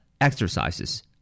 exercises